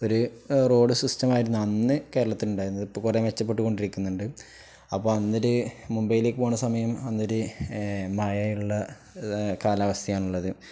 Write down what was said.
ഒരു road system ആയിരുന്നു അന്ന് കേരളത്തിലുണ്ടായിരുന്നു ഇപ്പ കൊറേ മെച്ചപ്പെട്ട് കൊണ്ടിരിക്കുന്നുണ്ട് അപ്പ അന്നൊര് മുംബൈയിലേക്ക് പോണ സമയം അന്നൊര് മഴയുള്ള കാലാവസ്ഥയാാണ്ള്ളത്